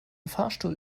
fahrstuhl